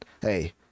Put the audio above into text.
hey